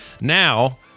Now